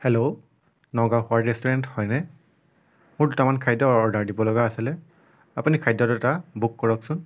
hello Nagaon white restaurant হয়নে মোৰ দুটামান খাদ্য় অৰ্ডাৰ দিবলগা আছিলে আপুনি খাদ্য় দুটা বুক কৰকছোন